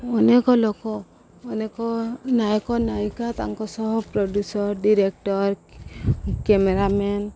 ଅନେକ ଲୋକ ଅନେକ ନାୟକ ନାୟିକା ତାଙ୍କ ସହ ପ୍ରଡ୍ୟୁସର ଡିରେକ୍ଟର କ୍ୟାମେରା ମେନ୍